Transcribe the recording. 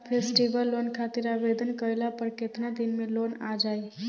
Festival loan खातिर आवेदन कईला पर केतना दिन मे लोन आ जाई?